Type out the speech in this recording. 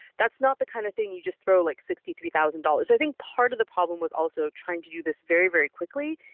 that's not the kind of thing you just throw like sixty three thousand dollars. i think part of the problem was also trying to do this very, very quickly.